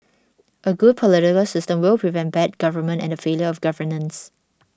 a good political system will prevent bad government and the failure of governance